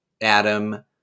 Adam